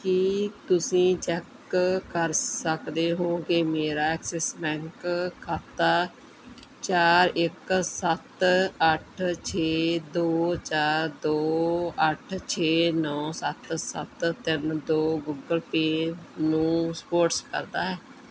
ਕੀ ਤੁਸੀਂ ਚੈੱਕ ਕਰ ਸਕਦੇ ਹੋ ਕਿ ਮੇਰਾ ਐਕਸਿਸ ਬੈਂਕ ਖਾਤਾ ਚਾਰ ਇੱਕ ਸੱਤ ਅੱਠ ਛੇ ਦੋ ਚਾਰ ਦੋ ਅੱਠ ਛੇ ਨੌਂ ਸੱਤ ਸੱਤ ਤਿੰਨ ਦੋ ਗੂਗਲ ਪੇ ਨੂੰ ਸਪੋਰਟਸ ਕਰਦਾ ਹੈ